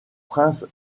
prince